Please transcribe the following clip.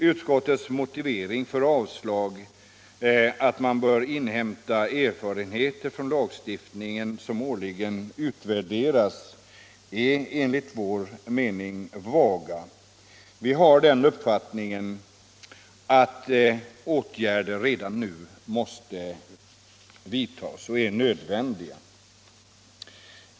Utskottets motivering för avslag, att man bör inhämta erfarenheter från lagstiftningen som årligen utvärderas, är enligt vår mening vag. Vi är av den uppfattningen att åtgärder redan nu med nödvändighet måste vidtas.